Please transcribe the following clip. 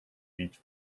beech